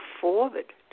forward